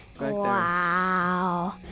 Wow